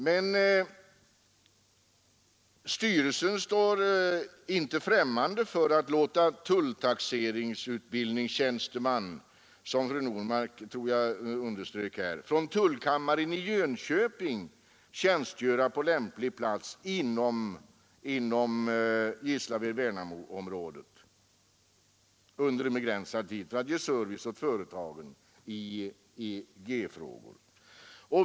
Men tullstyrelsen står inte främmande för att låta en tulltaxeringsutbildad tjänsteman — jag tror det var fru Normark som underströk detta — från tullkammaren i Jönköping tjänstgöra på lämplig plats inom Gislaved-Värnamoområdet under en begränsad tid för att ge service åt företagen i EG-frågor.